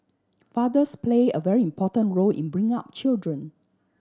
fathers play a very important role in bringing up children